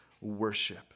worship